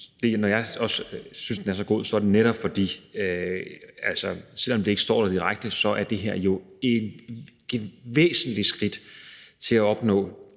når jeg også synes, den er så god, så er det netop – selv om det ikke står der direkte – fordi det her jo er et væsentligt skridt til at opnå